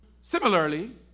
Similarly